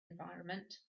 environment